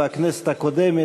בכנסת הקודמת,